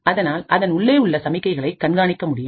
அதனால் அதன் உள்ளே உள்ள சமிக்கைகளை கண்காணிக்க முடியும்